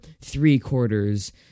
three-quarters